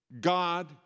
God